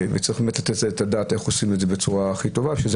באמת לתת את הדעת איך עושים את זה בצורה הכי טובה כי זה